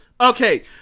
Okay